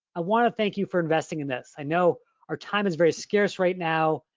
i want to thank you for investing in this. i know our time is very scarce right now,